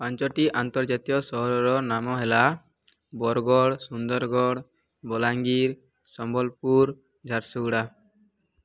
ପାଞ୍ଚଟି ଆନ୍ତର୍ଜାତୀୟ ସହରର ନାମ ହେଲା ବରଗଡ଼ ସୁନ୍ଦରଗଡ଼ ବଲାଙ୍ଗୀର ସମ୍ବଲପୁର ଝାରସୁଗୁଡ଼ା